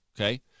Okay